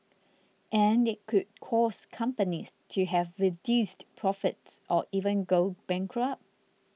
and it could cause companies to have reduced profits or even go bankrupt